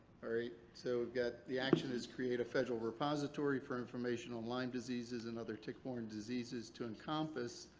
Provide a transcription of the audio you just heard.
alright. so we've got. the action is create a federal repository for information on lyme diseases and other tick-borne diseases to encompass.